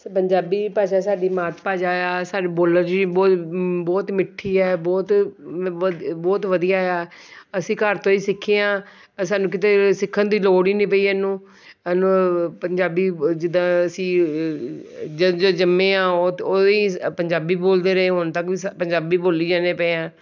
ਸ ਪੰਜਾਬੀ ਭਾਸ਼ਾ ਸਾਡੀ ਮਾਤ ਭਾਸ਼ਾ ਆ ਸਾਡੇ ਬੋਲਣ 'ਚ ਵੀ ਬਹੁਤ ਮ ਬਹੁਤ ਮਿੱਠੀ ਹੈ ਬਹੁਤ ਮਤਲਬ ਵਧ ਬਹੁਤ ਵਧੀਆ ਆ ਅਸੀਂ ਘਰ ਤੋਂ ਹੀ ਸਿੱਖੇ ਹਾਂ ਸਾਨੂੰ ਕਿਤੇ ਸਿੱਖਣ ਦੀ ਲੋੜ ਹੀ ਨਹੀਂ ਪਈ ਇਹਨੂੰ ਸਾਨੂੰ ਪੰਜਾਬੀ ਜਿੱਦਾਂ ਅਸੀਂ ਜ ਜ ਜੰਮੇ ਹਾਂ ਉਹਦੇ ਉਦੋਂ ਹੀ ਪੰਜਾਬੀ ਬੋਲਦੇ ਰਹੇ ਹੁਣ ਤੱਕ ਵੀ ਸ ਪੰਜਾਬੀ ਬੋਲੀ ਜਾਂਦੇ ਪਏ ਹਾਂ